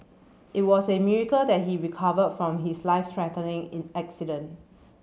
it was a miracle that he recovered from his life threatening in accident